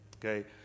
Okay